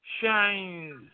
shines